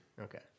Okay